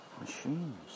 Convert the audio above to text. Machines